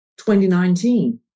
2019